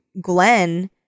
Glenn